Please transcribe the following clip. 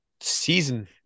season